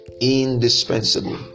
indispensable